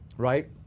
Right